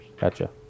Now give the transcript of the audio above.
Gotcha